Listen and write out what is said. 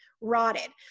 rotted